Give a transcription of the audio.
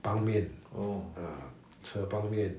帮面 ah 车帮面